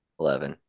eleven